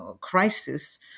crisis